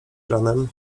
ranem